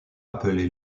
appelée